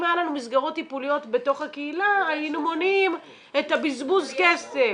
אם היו לנו מסגרות טיפוליות בתוך הקהילה היינו מונעים את הבזבוז כסף.